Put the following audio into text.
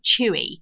chewy